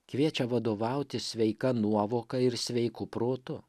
kviečia vadovautis sveika nuovoka ir sveiku protu